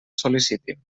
sol·licitin